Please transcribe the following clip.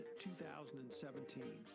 2017